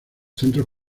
centros